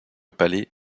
palais